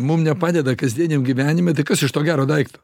mum nepadeda kasdieniam gyvenime tai kas iš to gero daikto